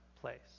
place